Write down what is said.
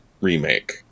remake